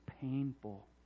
painful